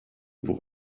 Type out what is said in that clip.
pour